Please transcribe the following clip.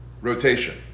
Rotation